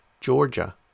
Georgia